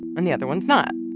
and the other one's not.